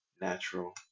natural